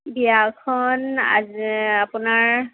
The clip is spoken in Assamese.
বিয়াখন আজ আপোনাৰ